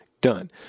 done